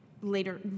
later